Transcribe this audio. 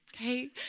okay